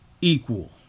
equal